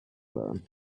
learn